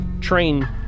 train